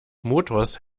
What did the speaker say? motors